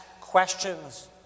questions